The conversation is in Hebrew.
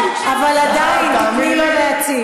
אבל עדיין תני לו להציג.